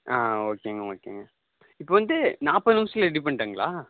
ஆ ஓகேங்க ஓகேங்க இப்போது வந்து நாற்பது நிமிஷத்துல ரெடி பண்ணிட்டாங்களா